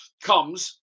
comes